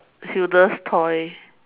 Hilda's toy